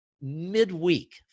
midweek